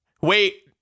Wait